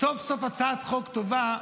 סוף-סוף הצעת חוק טובה,